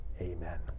Amen